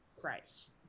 price